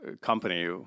company